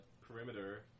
perimeter